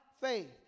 faith